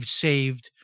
saved